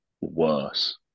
worse